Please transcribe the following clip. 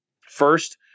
first